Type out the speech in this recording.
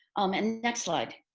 um and next slide,